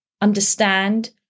Understand